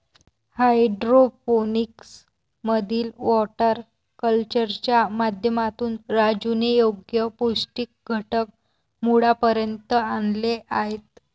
hydroponics मधील water कल्चरच्या माध्यमातून राजूने योग्य पौष्टिक घटक मुळापर्यंत आणले आहेत